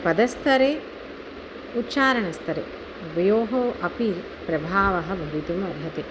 पदस्तरे उच्चारणस्तरे द्वयोः अपि प्रभावः भवितुम् अर्हति